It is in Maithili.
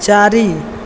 चारि